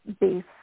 base